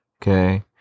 Okay